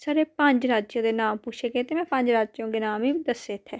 छड़े पंज राज्यें दे नांऽ पुच्छे गे ते में राज्यें दे नांऽ दस्से इत्थै